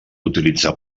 utilitzar